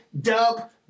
dub